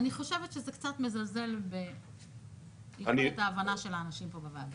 אני חושבת שזה קצת מזלזל ביכולת ההבנה של האנשים פה בוועדה.